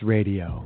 Radio